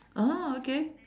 ah okay